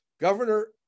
governor